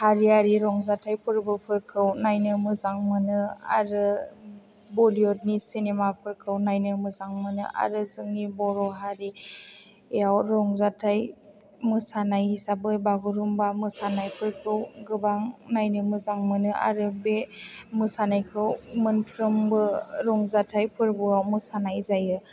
हारियारि रंजाथाय फोरबोफोरखौ नायनो मोजां मोनो आरो बलिउदनि सिनेमाफोरखौ नायनो मोजां मोनो आरो जोंनि बर' हारियाव रंजाथाय मोसानाय हिसाबै बागुरुमबा मोसानायफोरखौ गोबां नायनो मोजां मोनो आरो बे मोसानायखौ मोनफ्रोमबो रंजाथाय फोरबोआव मोसानाय जायो